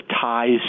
ties